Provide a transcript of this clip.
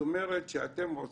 מתי המשטרה